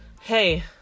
Hey